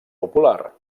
popular